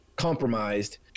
compromised